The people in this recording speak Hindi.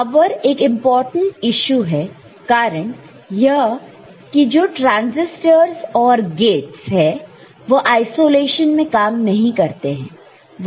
पावर एक इंपॉर्टेंट यीशु है कारण यह कि यह जो ट्रांसिस्टरस और गेटस है वह आइसोलेशन में काम नहीं करते हैं